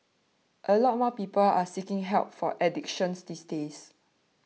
a lot more people are seeking help for addictions these days